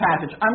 passage